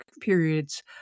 periods